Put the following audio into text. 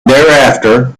thereafter